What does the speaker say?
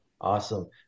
Awesome